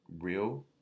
real